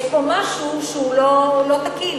יש פה משהו שהוא לא תקין.